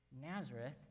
Nazareth